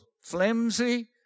flimsy